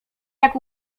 jak